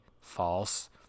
false